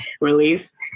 release